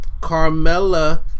Carmella